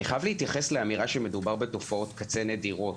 אני חייב להתייחס לאמירה שמדובר בתופעות קצה נדירות.